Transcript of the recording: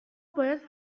باید